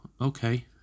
okay